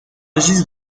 agissent